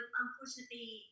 unfortunately